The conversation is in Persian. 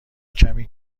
کمی